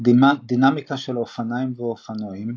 דינמיקה של אופניים ואופנועים